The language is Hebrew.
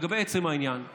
לגבי עצם הנושא,